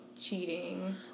cheating